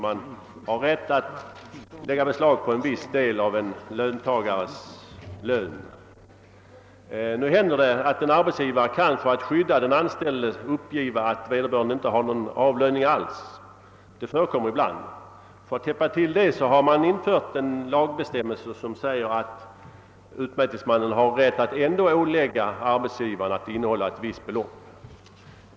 Man har rätt att lägga beslag på en viss del av lönen. Nu händer det att en arbetsgivare för att skydda den anställde kan uppge att vederbörande inte har någon avlöning alls. Det förekommer ibland. För att täppa till denna lucka har man infört en lagbestämmelse om att utmätningsmannen har rätt att ändå ålägga arbetsgivaren att innehålla ett visst belopp.